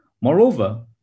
Moreover